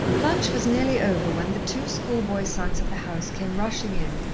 lunch was nearly over when the two schoolboy sons of the house came rushing in,